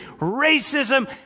Racism